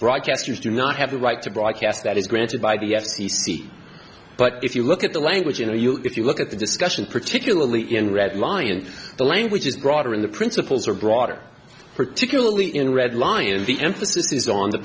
broadcasters do not have the right to broadcast that is granted by the f c c but if you look at the language you know you if you look at the discussion particularly in red lion the language is broader in the principles are broader particularly in red lion and the emphasis is on the